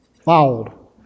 fouled